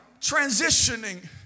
transitioning